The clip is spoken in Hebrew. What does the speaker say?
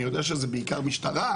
אני יודע שזה בעיקר משטרה,